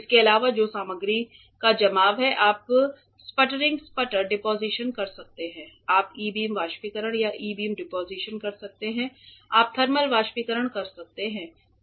इसके अलावा जो सामग्री का जमाव है आप स्पटरिंग स्पटर डिपोजिशन कर सकते हैं आप ई बीम वाष्पीकरण या ई बीम डिपोजिशन कर सकते हैं आप थर्मल वाष्पीकरण कर सकते हैं